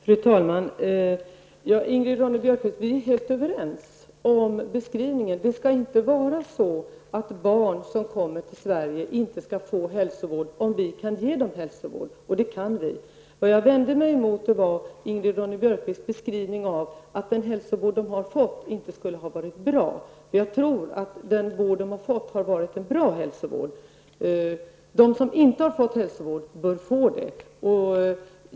Fru talman! Vi är, Ingrid Ronne-Björkqvist, helt överens om beskrivningen. Barn som kommer till Sverige skall inte förnekas hälsovård om vi kan ge dem hälsovård -- och det kan vi. Vad jag vände mig emot var att Ingrid Ronne-Björkqvist sade att den hälsovård barnen har fått inte har varit bra. Jag tror att den hälsovård barnen har fått har varit bra. De som inte har fått hälsovård bör få det.